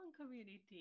community